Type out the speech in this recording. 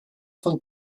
von